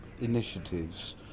initiatives